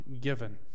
given